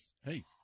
Hey